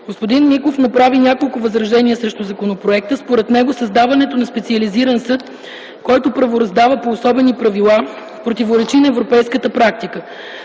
Господин Миков направи няколко възражения срещу законопроекта. Според него създаването на специализиран съд, който правораздава по особени правила, противоречи на европейската практика.